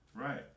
right